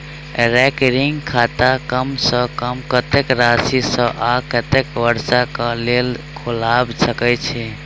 recurring खाता कम सँ कम कत्तेक राशि सऽ आ कत्तेक वर्ष कऽ लेल खोलबा सकय छी